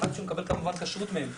עד שהוא מקבל כמובן כשרות מהם.